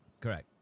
Correct